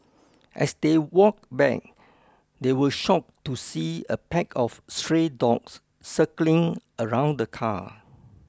as they walked back they were shocked to see a pack of stray dogs circling around the car